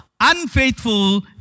unfaithful